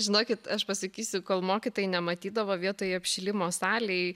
žinokit aš pasakysiu kol mokytojai nematydavo vietoj apšilimo salėj